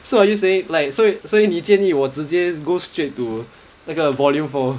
so are you saying like 所以所以你建议我直接 go straight to 那个 volume four